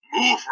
Move